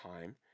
time